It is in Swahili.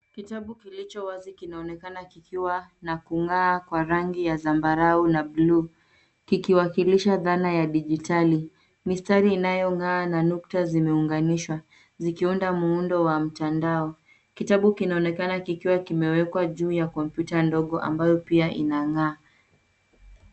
Kitabu kilicho wazi kinaonekana kikiwa na kung'aa kwa rangi ya zambarau na bluu. Kikiwakilisha dhana ya digitali. Mistari inayo ng'aa na nukta zimeunganishwa. Zikiunda muundo wa mtandao. Kitabu kinaonekana kikiwa kimewekwa juu ya kompyuta ndogo ambayo pia inang'aa.